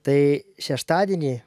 tai šeštadienį